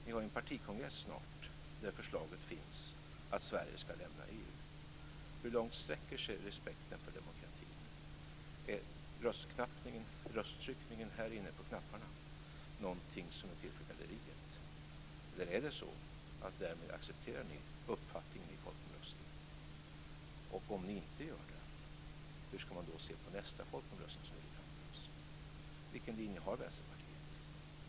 Ni har en partikongress snart där förslaget finns att Sverige ska lämna EU. Hur långt sträcker sig respekten för demokratin? Är röstningen här inne med tryckningen på knapparna någonting som är till för galleriet eller är det så att ni därmed accepterar uppfattningen i folkomröstningen? Om ni inte gör det, hur ska man då se på nästa folkomröstning, som ligger framför oss? Vilken linje har Vänsterpartiet?